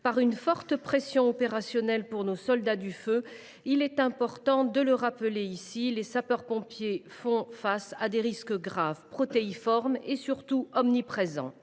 par une forte pression opérationnelle pour nos soldats du feu, il importe de rappeler que les sapeurs pompiers font face à des risques graves, protéiformes et, surtout, omniprésents.